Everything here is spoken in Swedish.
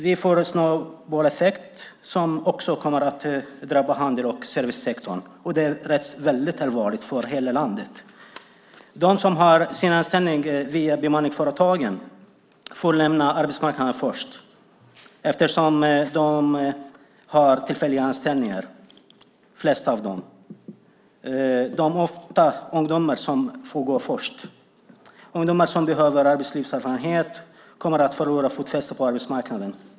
Vi får effekter som också kommer att drabba handeln och servicesektorn, och det är väldigt allvarligt för hela landet. De som har anställning via bemanningsföretagen får lämna arbetsmarknaden först eftersom de flesta av dem har tillfälliga anställningar. Det är ofta ungdomar som får gå först. Ungdomar som behöver arbetslivserfarenhet kommer att förlora fotfäste på arbetsmarknaden.